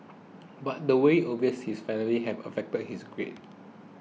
but the way over his family have affected his grades